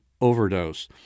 overdose